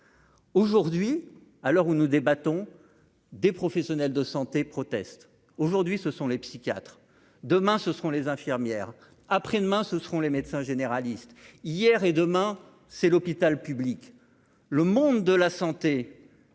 aujourd'hui à l'heure où nous débattons des professionnels de santé protestent aujourd'hui, ce sont les psychiatres, demain ce seront les infirmières après-demain, ce seront les médecins généralistes hier et demain, c'est l'hôpital public, le monde de la santé